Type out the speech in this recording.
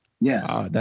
Yes